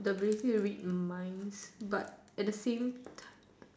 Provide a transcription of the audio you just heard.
the ability to read minds but at the same time